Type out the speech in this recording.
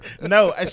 No